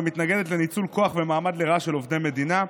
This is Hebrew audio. ומתנגדת לניצול כוח ומעמד לרעה של עובדי המדינה.